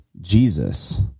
Jesus